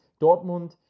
Dortmund